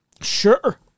Sure